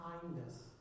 Kindness